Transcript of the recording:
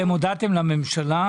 אתם הודעתם לממשלה?